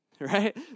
right